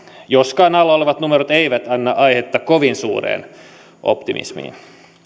joskaan alla olevat numerot eivät anna aihetta kovin suureen optimismiin